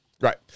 Right